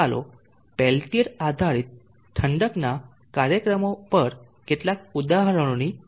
ચાલો પેલ્ટીઅર આધારિત ઠંડકના કાર્યક્રમો પર કેટલાક ઉદાહરણોની ચર્ચા કરીએ